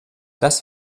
das